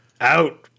out